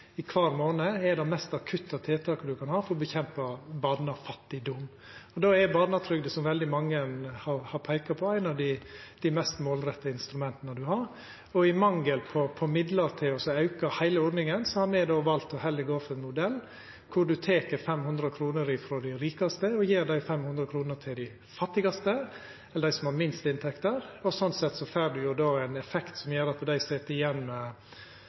pengar kvar månad er det mest akutte tiltaket ein kan ha for å kjempa mot barnefattigdom. Då er barnetrygda, som veldig mange har peikt på, eit av dei mest målretta instrumenta ein har. I mangel på midlar til å auka heile ordninga, har me valt heller å gå for ein modell der ein tek 500 kr frå dei rikaste og gjev dei 500 kr til dei fattigaste, eller dei som har lågast inntekter. Sånn sett får ein ein effekt som gjer at dei sit igjen